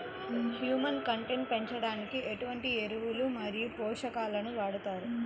Humus content పెంచడానికి ఎటువంటి ఎరువులు మరియు పోషకాలను వాడతారు?